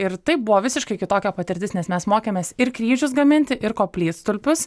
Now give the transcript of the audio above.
ir taip buvo visiškai kitokia patirtis nes mes mokėmės ir kryžius gaminti ir koplytstulpius